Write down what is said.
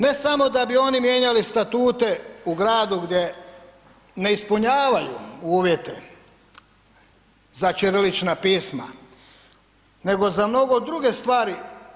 Ne samo da bi oni mijenjali statute u gradu gdje ne ispunjavaju uvjete za ćirilična pisma, nego za mnogo druge stvari.